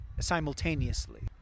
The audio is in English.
simultaneously